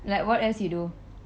like what else you do